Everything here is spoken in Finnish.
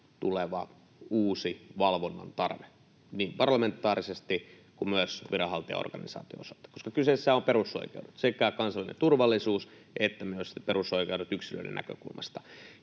tuleva uusi valvonnan tarve, niin parlamentaarisesti kuin myös viranhaltijaorganisaation osalta, koska kyseessähän ovat perusoikeudet, sekä kansallinen turvallisuus että myös perusoikeudet yksilöiden näkökulmasta.